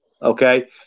Okay